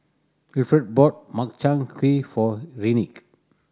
Wilfred bought Makchang Gui for Enrique